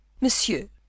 Monsieur